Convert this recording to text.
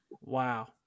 Wow